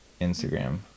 instagram